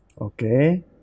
Okay